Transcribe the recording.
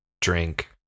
drink